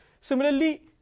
Similarly